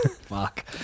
Fuck